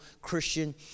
Christian